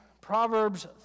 Proverbs